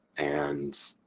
and